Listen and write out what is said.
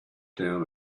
down